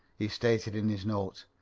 he stated in his note.